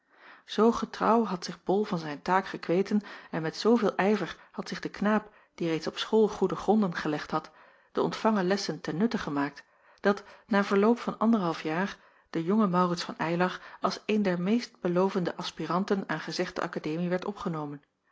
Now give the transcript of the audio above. zoo getrouw had zich bol van zijn taak gekweten en met zooveel ijver had zich de knaap die reeds op school goede gronden gelegd had de ontvangen lessen ten nutte gemaakt dat na verloop van anderhalf jaar de jonge maurits van eylar als een der meestbelovende aspiranten aan gezegde akademie werd opgenomen